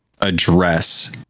address